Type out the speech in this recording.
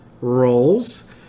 rolls